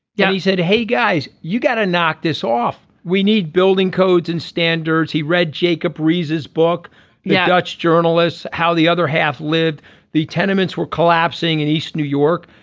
yeah he said hey guys you got to knock this off we need building codes and standards. he read jacob rees's book the dutch journalists how the other half lived the tenements were collapsing in east new york.